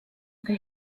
for